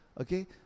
okay